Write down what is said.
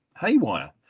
haywire